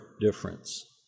difference